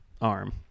arm